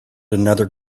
another